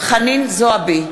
חנין זועבי,